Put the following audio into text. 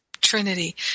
Trinity